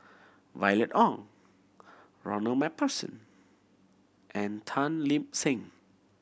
Violet Oon Ronald Macpherson and Tan Lip Seng